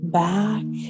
back